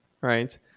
right